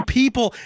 people